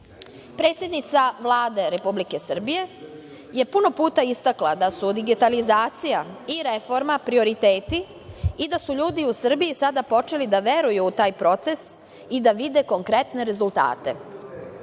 primena. Predsednica Vlade Republike Srbije je puno puta istakla da su digitalizacija i reforma prioriteti i da su ljudi u Srbiji sada počeli da veruju u taj proces i da vide konkretne rezultate. Živimo